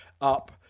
up